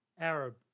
Arab